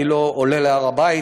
אני לא עולה להר הבית,